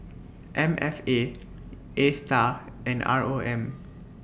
M F A ASTAR and R O M